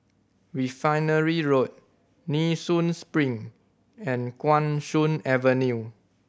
Refinery Road Nee Soon Spring and Guan Soon Avenue